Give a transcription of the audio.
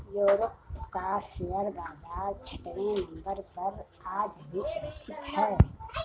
Europe का share बाजार छठवें नम्बर पर आज भी स्थित है